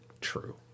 true